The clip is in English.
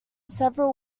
several